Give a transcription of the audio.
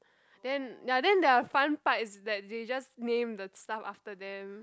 then ya then the fun part is that they just name the stuff after them